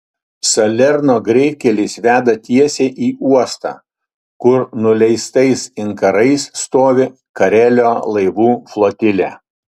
salerno greitkelis veda tiesiai į uostą kur nuleistais inkarais stovi karelio laivų flotilė